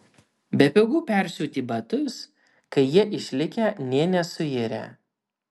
bepigu persiūti batus kai jie išlikę nė nesuirę